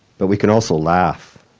but we can also laugh,